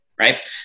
right